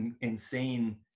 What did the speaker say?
insane